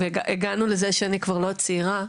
והגענו לזה שאני כבר לא צעירה,